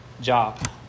job